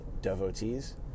devotees